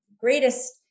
greatest